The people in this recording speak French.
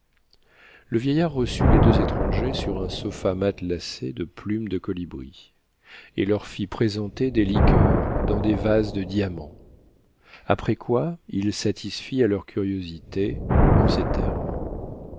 le vieillard reçut les deux étrangers sur un sofa matelassé de plumes de colibri et leur fit présenter des liqueurs dans des vases de diamant après quoi il satisfit à leur curiosité en ces termes